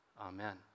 amen